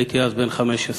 הייתי אז בן 15,